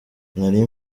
nari